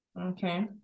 Okay